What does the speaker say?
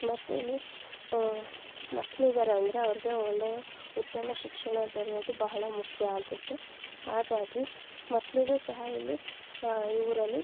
ಮತ್ತು ಇಲ್ಲಿ ಮಕ್ಳಿದಾರೆ ಅಂದರೆ ಅವ್ರಿಗೆ ಒಳ್ಳೆಯ ಉತ್ತಮ ಶಿಕ್ಷಣ ದೊರೆಯೋದು ಬಹಳ ಮುಖ್ಯ ಆಗುತ್ತೆ ಹಾಗಾಗಿ ಮಕ್ಕಳಿಗೂ ಸಹ ಇಲ್ಲಿ ಈ ಊರಲ್ಲಿ